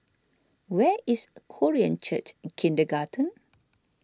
where is Korean Church Kindergarten